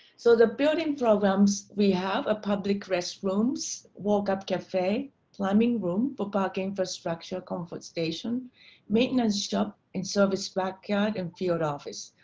so the building programs. we have a public restrooms walk up cafe climbing room for park infrastructure conference station maintenance shop and service backyard and field office.